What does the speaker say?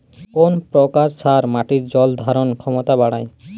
কোন প্রকার সার মাটির জল ধারণ ক্ষমতা বাড়ায়?